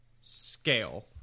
scale